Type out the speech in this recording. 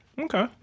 Okay